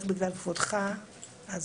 רק מפאת כבודך אני